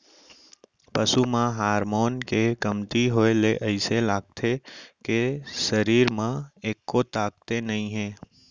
पसू म हारमोन के कमती होए ले अइसे लागथे के सरीर म एक्को ताकते नइये